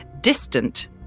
distant